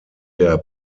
der